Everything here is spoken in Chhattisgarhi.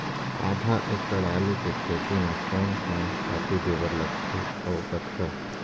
आधा एकड़ आलू के खेती म कोन कोन खातू दे बर लगथे अऊ कतका?